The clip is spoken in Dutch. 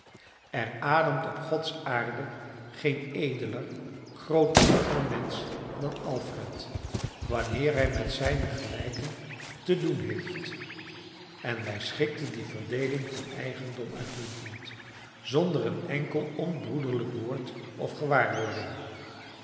er ademt op gods aarde geen edeler grootmoediger mensch dan alfred wanneer hij met zijne gelijken te doen heeft en wij schikten die verdeeling van eigendom uitmuntend zonder een enkel onbroederlijk woord of gewaarwording